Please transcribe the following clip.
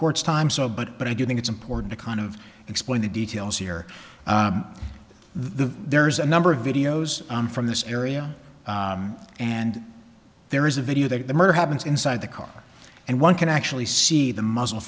court's time so but i do think it's important to kind of explain the details here the there's a number of videos on from this area and there is a video that the murder happens inside the car and one can actually see the mu